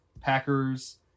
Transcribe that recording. Packers